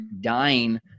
dying